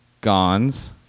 Gons